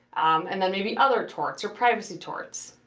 and then maybe other torts, or privacy torts.